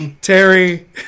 Terry